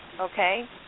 okay